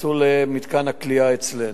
ונכנסו למתקן הכליאה אצלנו.